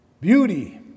beauty